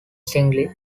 singly